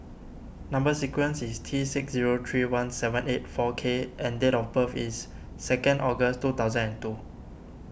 Number Sequence is T six zero three one seven eight four K and date of birth is second August two thousand and two